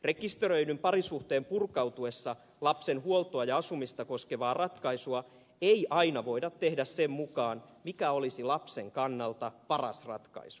rekisteröidyn parisuhteen purkautuessa lapsen huoltoa ja asumista koskevaa ratkaisua ei aina voida tehdä sen mukaan mikä olisi lapsen kannalta paras ratkaisu